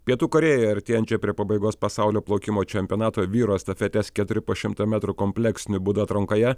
pietų korėjoje artėjančioj prie pabaigos pasaulio plaukimo čempionato vyrų estafetės keturi po šimtą metrų kompleksiniu būdu atrankoje